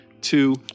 two